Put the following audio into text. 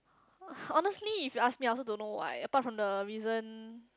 honestly if you ask me I also don't know why apart from the reason